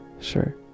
Sure